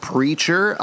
Preacher